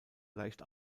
leicht